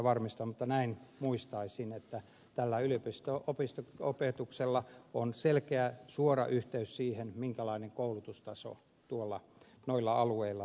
mutta näin muistaisin että tällä yliopisto opetuksella on selkeä suora yhteys siihen minkälainen koulutustaso noilla alueilla on